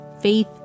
faith